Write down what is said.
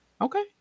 Okay